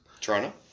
Toronto